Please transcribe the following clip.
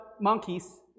monkeys